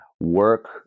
work